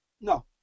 No